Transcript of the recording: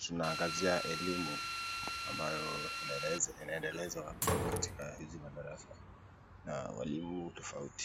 tunaangazia elimu ambazo inaendelezwa katika hizi madarasa na walimu tofauti.